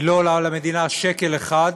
היא לא עולה למדינה שקל אחד,